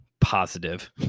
positive